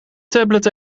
tablet